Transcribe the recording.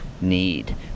need